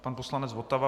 Pan poslanec Votava.